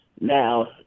now